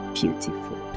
beautiful